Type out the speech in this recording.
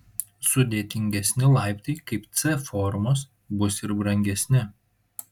sudėtingesni laiptai kaip c formos bus ir brangesni